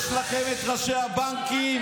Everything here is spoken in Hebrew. יש לכם את ראשי הבנקים,